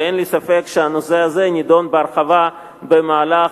ואין לי ספק שהנושא הזה יידון בהרחבה במהלך